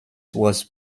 was